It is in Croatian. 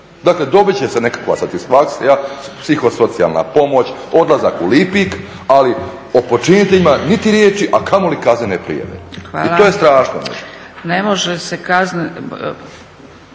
Dakle, dobit će se nekakva satisfakcija, psiho-socijalna pomoć, odlazak u Lipik ali o počiniteljima niti riječi, a kamoli kaznene prijave. I to je strašno